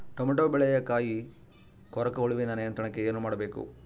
Tomato ಬೆಳೆಯ ಕಾಯಿ ಕೊರಕ ಹುಳುವಿನ ನಿಯಂತ್ರಣಕ್ಕೆ ಏನು ಮಾಡಬೇಕು?